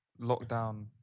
lockdown